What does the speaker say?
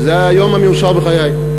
שזה היה היום המאושר בחיי.